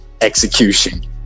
execution